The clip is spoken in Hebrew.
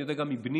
אני יודע גם מבני,